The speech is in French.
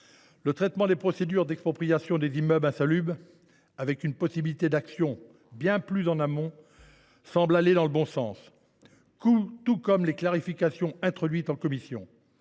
Concernant les procédures d’expropriation des immeubles insalubres, le texte, en offrant une possibilité d’action bien plus en amont, semble aller dans le bon sens, tout comme les clarifications introduites en commission.